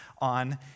on